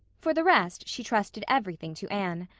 for the rest she trusted everything to anne.